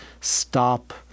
stop